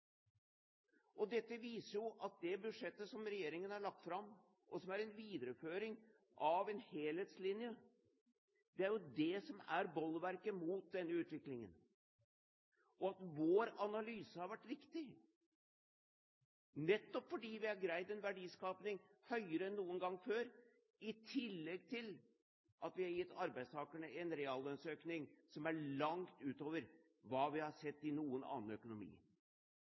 foregår. Dette viser at det budsjettet som regjeringen har lagt fram, og som er en videreføring av en helhetslinje, er det som er bolverket mot denne utviklingen, og at vår analyse har vært riktig, nettopp fordi vi har greid en verdiskaping høyere enn noen gang før, i tillegg til at vi har gitt arbeidstakerne en reallønnsøkning som er langt utover hva vi har sett i noen annen økonomi.